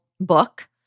book